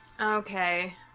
Okay